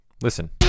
listen